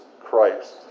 Christ